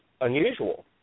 unusual